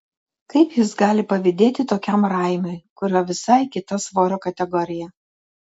kaip jis gali pavydėti tokiam raimiui kurio visai kita svorio kategorija